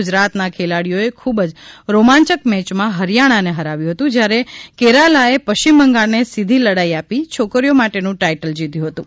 ગુજરાતના ખેલાડીઓએ ખૂબ જ રોમાંચક મેચમાં હરિયાણાને હરાવ્યું હતું જયારે કેરાલાએ પશ્ચિમ બંગાળને સીધી લડાઇ આપી છોકરીઓ માટેનું ટાઇટલ જીત્યું હતું